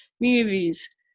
movies